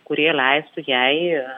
kurie leistų jai